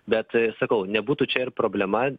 bet sakau nebūtų čia ir problema